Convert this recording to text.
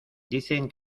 dicen